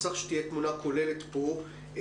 צריכה להיות תמונה כוללת פה,